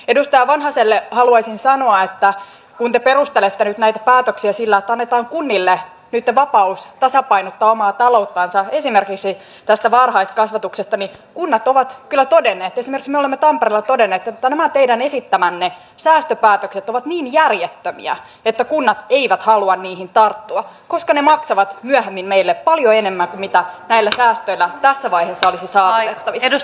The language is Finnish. edustaja vanhaselle haluaisin sanoa että kun te perustelette nyt näitä päätöksiä esimerkiksi tästä varhaiskasvatuksesta sillä että annetaan kunnille nytten vapaus tasapainottaa omaa talouttansa niin kunnat ovat kyllä todenneet esimerkiksi me olemme tampereella todenneet että nämä teidän esittämänne säästöpäätökset ovat niin järjettömiä että kunnat eivät halua niihin tarttua koska ne maksavat myöhemmin meille paljon enemmän kuin mitä näillä säästöillä tässä vaiheessa olisi saavutettavissa